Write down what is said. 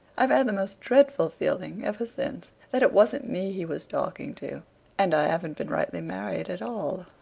i've had the most dreadful feeling ever since that it wasn't me he was talking to and i haven't been rightly married at all.